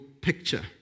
picture